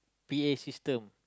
P A system